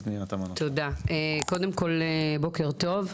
תודה, ושוב קודם כל בוקר טוב.